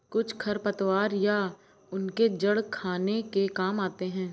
कुछ खरपतवार या उनके जड़ खाने के काम आते हैं